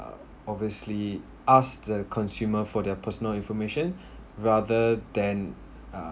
uh obviously ask the consumer for their personal information rather than uh